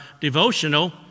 devotional